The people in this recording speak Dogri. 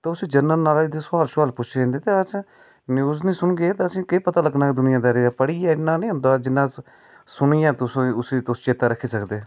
ते तुस जनरल नॉलेज़ दे सोआल पुच्छदे ते अस न्यूज़ निं सुनगे ते असें ई केह् पता लग्गना दूनियादारी दा एह् इन्ना निं होंदा जिन्ना सुन्नियै तुस उसी चेता रक्खी सकदे